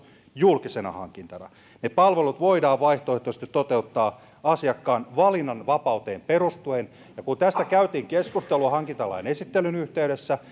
julkisena hankintana ne palvelut voidaan vaihtoehtoisesti toteuttaa asiakkaan valinnanvapauteen perustuen ja kun tästä käytiin keskustelua hankintalain esittelyn yhteydessä